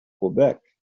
quebec